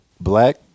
Black